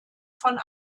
von